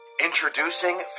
Introducing